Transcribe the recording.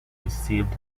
received